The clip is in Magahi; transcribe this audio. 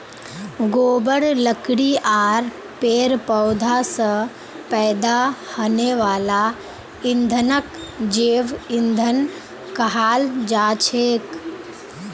गोबर लकड़ी आर पेड़ पौधा स पैदा हने वाला ईंधनक जैव ईंधन कहाल जाछेक